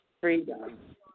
freedom